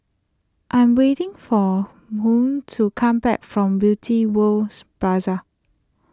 I am waiting for Bynum to come back from Beauty World Plaza